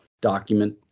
document